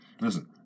Listen